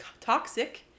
toxic